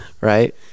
right